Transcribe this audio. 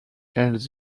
held